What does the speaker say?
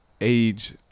age